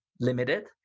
limited